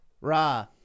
Ra